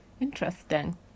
Interesting